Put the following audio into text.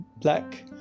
black